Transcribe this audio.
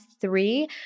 three